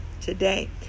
today